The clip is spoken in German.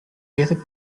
wäre